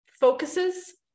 focuses